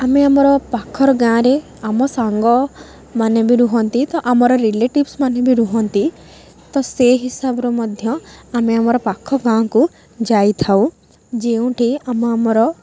ଆମେ ଆମର ପାଖର୍ ଗାଁ'ରେ ଆମ ସାଙ୍ଗମାନେ ବି ରୁହନ୍ତି ତ ଆମର ରିଲେଟିଭ୍ସ୍ ମାନେ ବି ରୁହନ୍ତି ତ ସେ ହିସାବରୁ ମଧ୍ୟ ଆମେ ଆମର ପାଖ ଗାଁ'କୁ ଯାଇଥାଉ ଯେଉଁଠି ଆମ ଆମର